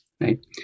right